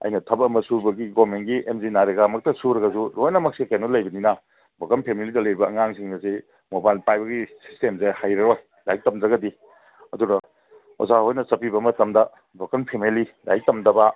ꯑꯩꯅ ꯊꯕꯛ ꯑꯃ ꯁꯨꯕꯒꯤ ꯒꯣꯃꯦꯟꯒꯤ ꯑꯦꯝ ꯖꯤ ꯅꯥ ꯔꯦ ꯒꯥꯃꯛꯇ ꯁꯨꯔꯒꯁꯨ ꯂꯣꯏꯅꯃꯛꯁꯦ ꯀꯩꯅꯣ ꯂꯩꯕꯅꯤꯅ ꯕ꯭ꯔꯣꯀꯟ ꯐꯦꯃꯂꯤꯗ ꯂꯩꯔꯤꯕ ꯑꯉꯥꯡꯁꯤꯡ ꯑꯁꯤ ꯃꯣꯕꯥꯏꯜ ꯄꯥꯏꯕꯒꯤ ꯁꯤꯁꯇꯦꯝꯁꯦ ꯍꯩꯔꯔꯣꯏ ꯂꯥꯏꯔꯤꯛ ꯇꯝꯗ꯭ꯔꯒꯗꯤ ꯑꯗꯨꯅ ꯑꯣꯖꯥ ꯍꯣꯏꯅ ꯆꯠꯄꯤꯕ ꯃꯇꯝꯗ ꯕ꯭ꯔꯣꯀꯟ ꯐꯦꯃꯂꯤ ꯂꯥꯏꯔꯤꯛ ꯇꯝꯗꯕ